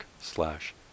slash